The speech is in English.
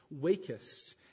weakest